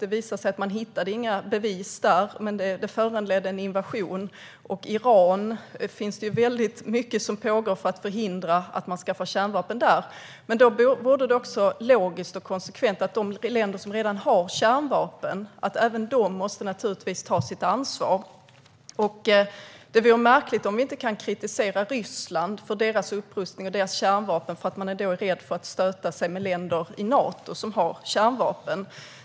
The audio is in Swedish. Det visade sig att man inte hittade några bevis där, men det föranledde en invasion. Vad gäller Iran finns det väldigt mycket som pågår för att förhindra att man skaffar kärnvapen där. Men då måste naturligtvis även de länder som redan har kärnvapen ta sitt ansvar. Det vore logiskt och konsekvent. Det vore märkligt om vi inte kunde kritisera Ryssland för deras upprustning och deras kärnvapen för att man är rädd för att stöta sig med länder i Nato som har kärnvapen.